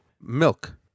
milk